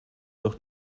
doch